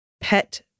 pet